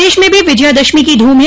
प्रदेश में भी विजयादशमी की धूम है